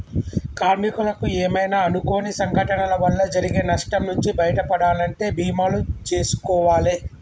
కార్మికులకు ఏమైనా అనుకోని సంఘటనల వల్ల జరిగే నష్టం నుంచి బయటపడాలంటే బీమాలు జేసుకోవాలే